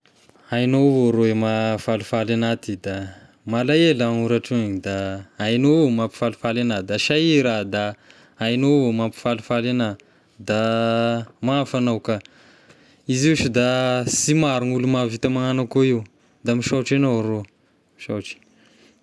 Haignao avao rô e mahafalifaly anahy ty da malaelo aho noratroigny da haignao avao ny mampifalifaly anahy, da sahira ah da haignao avao mampifalifaly anahy, da mafy agnao ka, izy io shy da sy maro gn'olo mahavita magnano akoa io da misaotry agnao rô, misaotry.